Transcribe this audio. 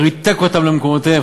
איך ריתק אותם למקומותיהם.